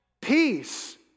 Peace